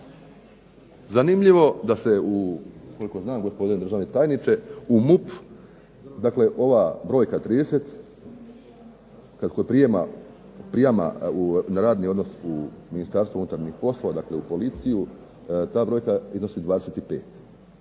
Zanimljivo da se, koliko znam gospodine državni tajniče, u MUP dakle ova brojka 30 kod prijama na radni odnos u Ministarstvo unutarnjih poslova dakle u policiju ta brojka iznosi 25.